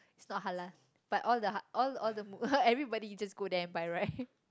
is not halal but all the ha~ all all the mu~ everybody is just go there and buy right